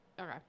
Okay